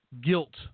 guilt